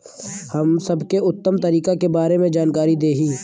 हम सबके उत्तम तरीका के बारे में जानकारी देही?